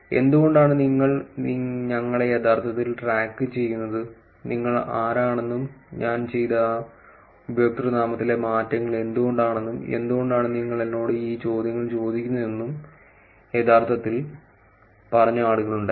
എന്തുകൊണ്ടാണ് നിങ്ങൾ ഞങ്ങളെ യഥാർത്ഥത്തിൽ ട്രാക്കുചെയ്യുന്നത് നിങ്ങൾ ആരാണെന്നും ഞാൻ ചെയ്ത ഉപയോക്തൃനാമത്തിലെ മാറ്റങ്ങൾ എന്തുകൊണ്ടാണെന്നും എന്തുകൊണ്ടാണ് നിങ്ങൾ എന്നോട് ഈ ചോദ്യങ്ങൾ ചോദിക്കുന്നതെന്നും യഥാർത്ഥത്തിൽ പറഞ്ഞ ആളുകളുണ്ടായിരുന്നു